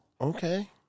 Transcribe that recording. okay